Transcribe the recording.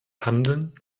handeln